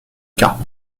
cas